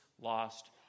lost